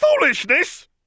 Foolishness